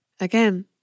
Again